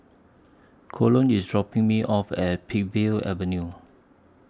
Colon IS dropping Me off At Peakville Avenue